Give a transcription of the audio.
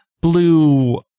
blue